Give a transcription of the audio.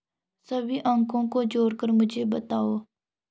सभी अंकों को जोड़कर मुझे बताओ